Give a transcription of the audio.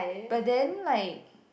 but then like